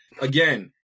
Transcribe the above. again